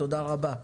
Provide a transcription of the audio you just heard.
תודה רבה.